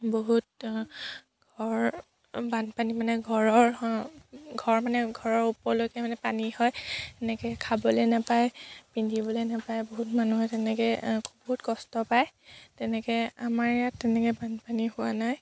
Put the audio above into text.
বহুত ঘৰ বানপানী মানে ঘৰৰ ঘৰ মানে ঘৰৰ ওপৰলৈকে মানে পানী হয় এনেকৈ খাবলৈ নেপায় পিন্ধিবলৈ নেপায় বহুত মানুহে তেনেকৈ বহুত কষ্ট পায় তেনেকৈ আমাৰ ইয়াত তেনেকৈ বানপানী হোৱা নাই